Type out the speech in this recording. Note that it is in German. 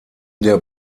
der